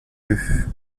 gueux